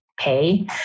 pay